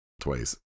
twice